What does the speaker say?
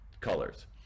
colors